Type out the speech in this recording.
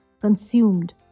consumed